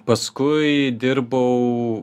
paskui dirbau